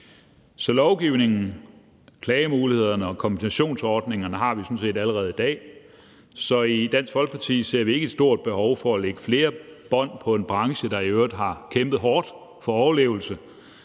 Så lovgivningen, klagemulighederne og kompensationsordningerne har vi sådan set allerede i dag. Så i Dansk Folkeparti ser vi ikke et stort behov for at lægge flere bånd på en branche, der i øvrigt i de seneste